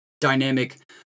dynamic